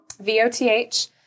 V-O-T-H